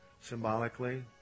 symbolically